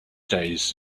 days